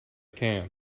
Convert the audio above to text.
camp